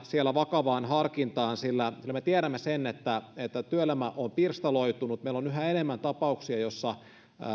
siellä vakavaan harkintaan sillä me tiedämme sen että työelämä on pirstaloitunut meillä on yhä enemmän tapauksia joissa